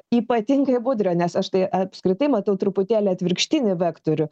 ypatingai budrio nes aš tai apskritai matau truputėlį atvirkštinį vektorių